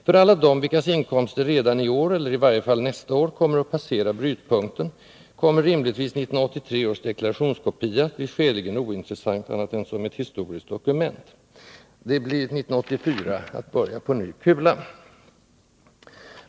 För alla dem, vilkas inkomster redan i år eller i varje fall nästa år kommer att passera brytpunkten, kommer rimligtvis 1983 års deklarationskopia att bli skäligen ointressant annat än som ett historiskt dokument. Det blir 1984 att börja på ny kula.